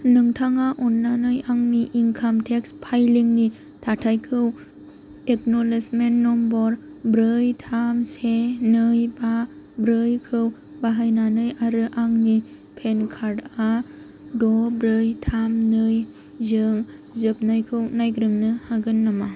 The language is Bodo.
नोंथाङा अन्नानै आंनि इनकाम टेक्स फाइलिंनि थाखायखौ एगनलेजमेन्ट नम्बर ब्रै थाम से नै बा ब्रै खौ बाहायनानै आरो आंनि पेन कार्डआ द' ब्रै थाम नैजों जोबनायखौ नायग्रोमनो हागोन नामा